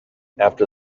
after